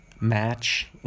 match